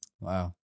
Wow